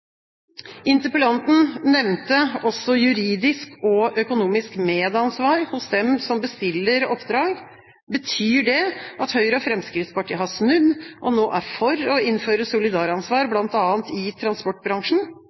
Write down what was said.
Interpellanten nevnte også juridisk og økonomisk medansvar hos dem som bestiller oppdrag. Betyr det at Høyre og Fremskrittspartiet har snudd og nå er for å innføre solidaransvar, bl.a. i transportbransjen?